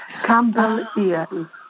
Campbellian